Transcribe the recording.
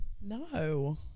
no